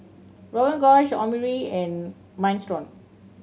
Rogan Josh Omurice and Minestrone